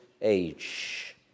age